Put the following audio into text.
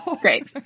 great